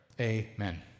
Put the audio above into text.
Amen